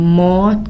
more